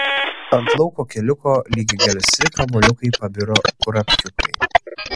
ant lauko keliuko lyg gelsvi kamuoliukai pabiro kurapkiukai